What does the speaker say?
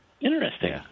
Interesting